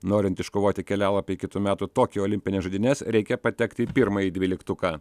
norint iškovoti kelialapį į kitų metų tokijo olimpines žaidynes reikia patekti į pirmąjį dvyliktuką